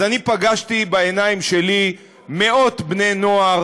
אז אני פגשתי בעיניים שלי מאות בני-נוער